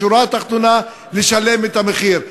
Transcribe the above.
בשורה התחתונה, לשלם את המחיר.